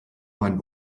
mein